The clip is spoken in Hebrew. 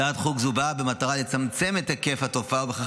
הצעת חוק זו באה במטרה לצמצם את היקף התופעה ובכך